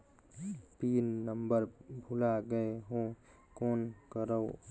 Pin number भुला गयें हो कौन करव?